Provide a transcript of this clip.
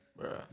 bro